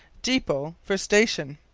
depot for station.